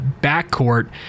backcourt